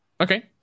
okay